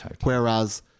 whereas